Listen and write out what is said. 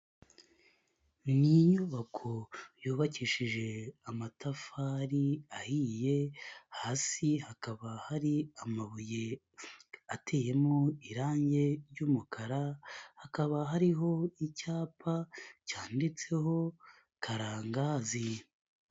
Ni inyubako yubakishije amatafari ahiye, hasi hakaba hari amabuye ateyemo irangi ry'umukara, hakaba hariho icyapa cyanditseho Karangazi.